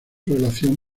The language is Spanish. relación